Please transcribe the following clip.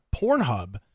Pornhub